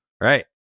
right